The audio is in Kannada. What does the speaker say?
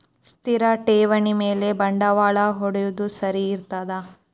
ಸ್ಥಿರ ಠೇವಣಿ ಮ್ಯಾಲೆ ಬಂಡವಾಳಾ ಹೂಡೋದು ಸರಿ ಇರ್ತದಾ?